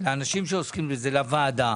לאנשים שעוסקים בזה, לוועדה.